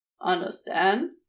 Understand